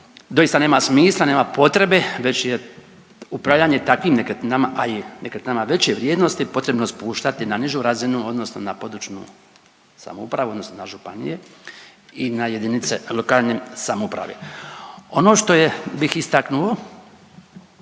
doista nema smisla, nema potrebe već je upravljanje takvim nekretninama, a i nekretninama veće vrijednosti potrebno spuštati na nižu razinu odnosno na područnu samoupravu odnosno na županije i na jedinice lokalne samouprave. Ono što bih istaknuo